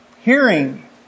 Hearing